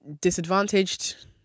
disadvantaged